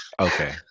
Okay